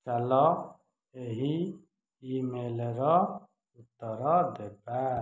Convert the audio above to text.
ଚାଲ ଏହି ଇମେଲ୍ର ଉତ୍ତର ଦେବା